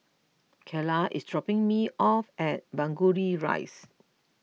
Carla is dropping me off at Burgundy Rise